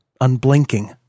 unblinking